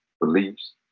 beliefs